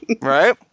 Right